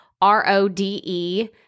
R-O-D-E